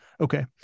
Okay